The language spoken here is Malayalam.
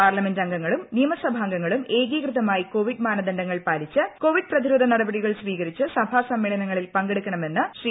പാർലമെന്റ് അംഗങ്ങളും നിയമസഭാംഗങ്ങളും ഏകീകൃതമായി കോവിഡ് മാനദണ്ഡങ്ങൾ പാലിച്ച് കോവിഡ് പ്രതിരോധ നടപടികൾ സ്വീകരിച്ച് സഭാ സമ്മേളനങ്ങളിൽ പങ്കെടുക്കണമെന്ന് ശ്രീ